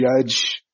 judge